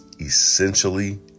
essentially